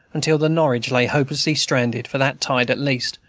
until the norwich lay hopelessly stranded, for that tide at least,